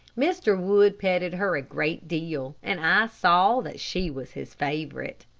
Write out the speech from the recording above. mr. wood petted her a great deal and i saw that she was his favorite.